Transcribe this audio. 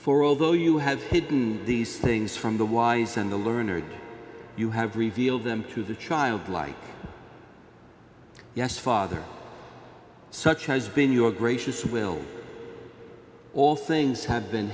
for although you have hidden these things from the wise and the learner did you have revealed them to the childlike yes father such has been your gracious will all things had been